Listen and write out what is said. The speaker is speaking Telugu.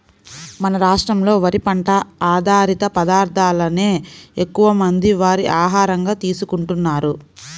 మన రాష్ట్రంలో వరి పంట ఆధారిత పదార్ధాలనే ఎక్కువమంది వారి ఆహారంగా తీసుకుంటున్నారు